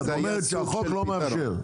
ואת אומרת שהחוק לא מאפשר.